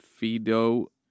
fido